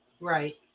Right